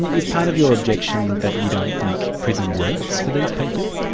and is part of your objection that you don't think prison works for these people?